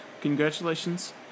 congratulations